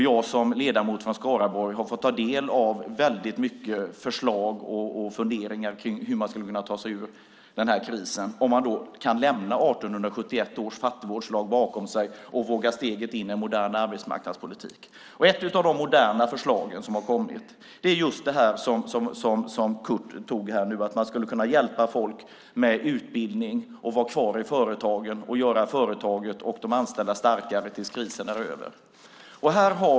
Jag, som ledamot från Skaraborg, har fått ta del av väldigt mycket förslag och funderingar kring hur man skulle kunna ta sig ur den här krisen, om man då kan lämna 1871 års fattigvårdslag bakom sig och våga steget in i en modern arbetsmarknadspolitik. Ett av de moderna förslag som har kommit är just det som Kurt nu tog upp, att man skulle kunna hjälpa folk med utbildning och att vara kvar i företagen och göra företaget och de anställda starkare tills krisen är över.